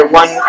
one